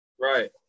right